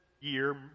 year